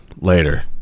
later